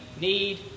need